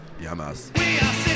Yamas